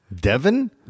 Devon